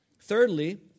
Thirdly